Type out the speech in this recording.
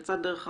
פריצת דרך אחת,